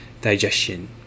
digestion